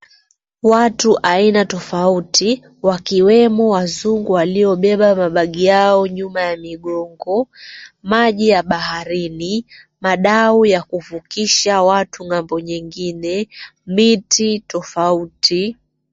Watu aina tofauti, wakiwemo wazungu, walio beba mabagi yao nyuma ya migongo. Maji ya baharini, madau yakuvukisha watu ng’ambo, nyingine miti tofauti.